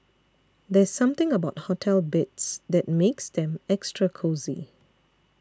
there's something about hotel beds that makes them extra cosy